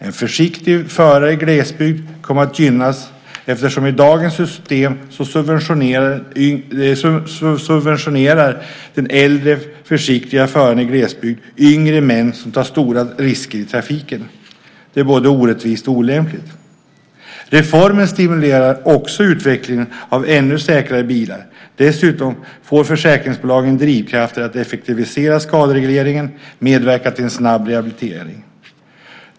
En försiktig förare i glesbygd kommer att gynnas eftersom han i dagens system subventionerar yngre män som tar stora risker i trafiken. Det är både orättvist och olämpligt. Reformen stimulerar också utvecklingen av ännu säkrare bilar. Dessutom får försäkringsbolagen drivkrafter att effektivisera skaderegleringen och medverka till en snabb rehabilitering.